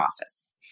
office